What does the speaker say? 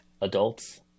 adults